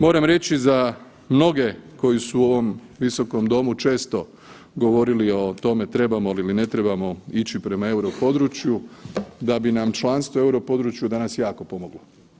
Moram reći za mnoge koji su u ovom visokom domu često govorili o tome trebamo li ili ne trebamo ići prema Europodručju da bi nam članstvo u Europodručju danas jako pomoglo.